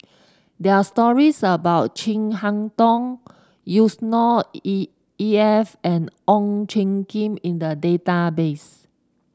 there are stories about Chin Harn Tong Yusnor E E F and Ong Tjoe Kim in the database